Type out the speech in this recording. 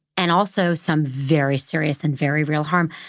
and also some very serious and very real harm.